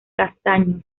castaños